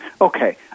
Okay